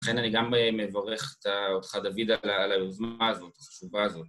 לכן אני גם מברך אותך דוד על היוזמה הזאת, החשובה הזאת